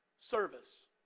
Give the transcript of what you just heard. Service